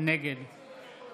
נגד